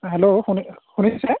hello শুনিছে